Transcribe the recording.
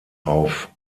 auf